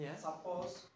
suppose